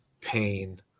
pain